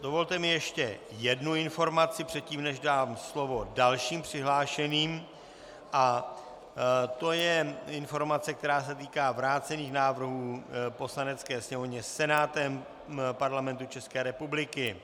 Dovolte mi ještě jednu informaci předtím, než dám slovo dalším přihlášeným, a to je informace, která se týká návrhů vrácených Poslanecké sněmovně Senátem Parlamentu České republiky.